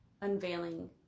unveiling